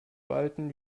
walten